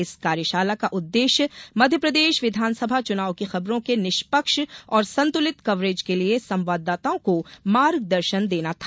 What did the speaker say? इस कार्यशाला का उद्देश्य मध्यप्रदेश विधानसभा चुनाव की खबरों के निष्पक्ष और संतुलित कवरेज के लिए संवाददाताओं को मार्गदर्शन देना था